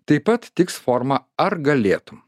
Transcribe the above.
taip pat tiks forma ar galėtum